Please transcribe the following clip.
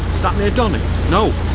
near donny, no.